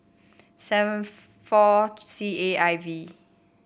seven four C A I V